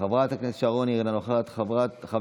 חבר הכנסת איימן עודה,